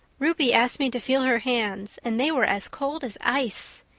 ruby asked me to feel her hands and they were as cold as ice.